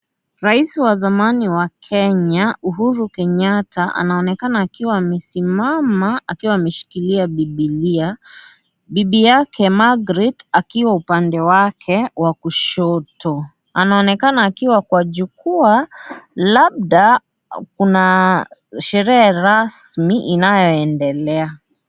Rais wa zameni wa Kenya Uhuru Kenyatta anaonekana akiwa amesimama akiwa ameshikilia bibilia ,bibi yake Magret akiwa upande wake wa kushoto anaonekana akiwa kwa jukwaa labda kuna sherehe rasmi inayoendelea.